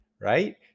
right